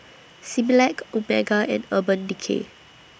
Similac Omega and Urban Decay